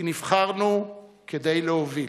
כי נבחרנו כדי להוביל,